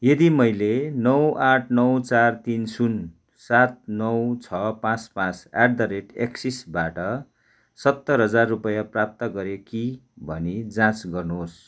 यदि मैले नौ आठ नौ चार तिन शून्य सात नौ छ पाँच पाँच एट द रेट एक्सिसबाट सत्तर हजार रुपियाँ प्राप्त गरेँ कि भनी जाँच गर्नुहोस्